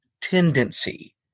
tendency